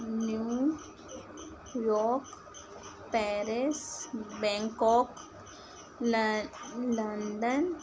new York Paris Bangkok लन London